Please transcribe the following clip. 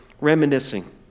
reminiscing